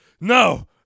No